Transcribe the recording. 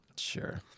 Sure